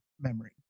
memory